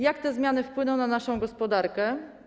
Jak te zmiany wpłyną na naszą gospodarkę?